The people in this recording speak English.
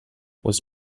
was